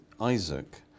Isaac